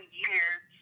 years